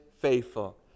faithful